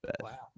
Wow